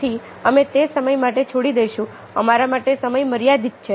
તેથી અમે તે સમય માટે છોડી દઈશું અમારા માટે સમય મર્યાદિત છે